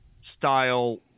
style